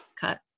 cut